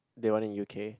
the one in U_K